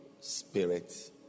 spirit